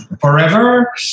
forever